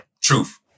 truth